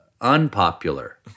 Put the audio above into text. unpopular